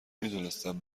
میدونستم